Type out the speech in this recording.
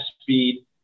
speed